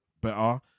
better